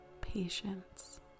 Patience